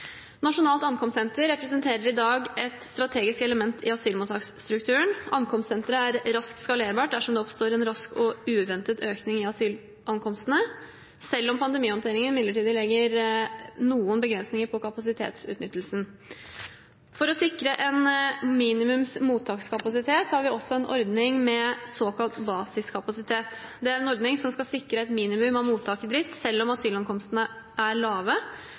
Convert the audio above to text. Nasjonalt ankomstsenter representerer i dag et strategisk element i asylmottaksstrukturen. Ankomstsenteret er raskt skalerbart dersom det oppstår en rask og uventet økning i asylankomstene, selv om pandemihåndteringen midlertidig legger noen begrensninger på kapasitetsutnyttelsen. For å sikre en minimums mottakskapasitet har vi også en ordning med såkalt basiskapasitet. Det er en ordning som skal sikre et minimum av mottak i drift selv om asylankomstene er lave.